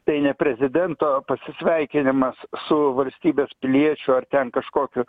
tai ne prezidento pasisveikinimas su valstybės piliečiu ar ten kažkokiu